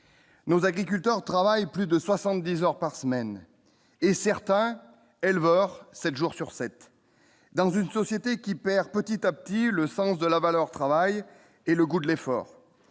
Nos agriculteurs travaillent plus de 70 heures par semaine et certains éleveurs, 7 jours sur 7, dans une société qui perd petit à petit, le sens de la valeur travail et le goût de l'effort,